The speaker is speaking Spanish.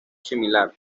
similar